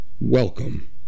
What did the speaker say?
welcome